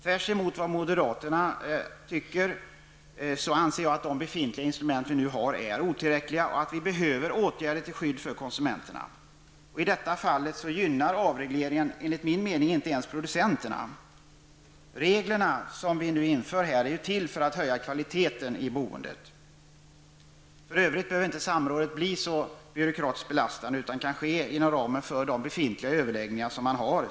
Tvärtemot vad moderaterna tycker anser jag att de befintliga instrumenten är otillräckliga och att vi behöver åtgärder till skydd för konsumenterna. I detta fall gynnar avregleringen enligt min mening inte ens producenterna. De regler som vi nu vill införa är till för att höja kvaliteten i boendet. För övrigt behöver inte samråd bli så byråkratiskt betungande utan kan till stor del ske inom ramen för de befintliga överläggningarna.